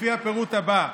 לפי הפירוט הבא,